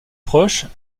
proches